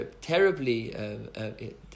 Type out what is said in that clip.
terribly